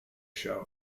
show